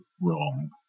wrong